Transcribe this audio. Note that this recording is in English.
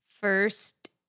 First